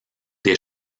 des